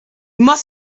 must